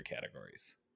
categories